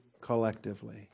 collectively